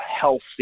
healthy